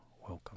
welcome